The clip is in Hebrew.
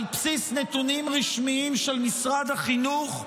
על בסיס נתונים רשמיים של משרד החינוך,